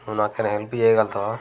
నువ్వు నాకు ఏవన్న హెల్ప్ చేయగలుగుతావా